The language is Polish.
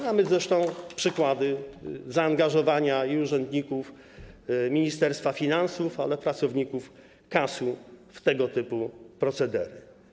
Mamy zresztą przykłady zaangażowania i urzędników Ministerstwa Finansów, i pracowników KAS-u w tego typu procedery.